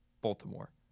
Baltimore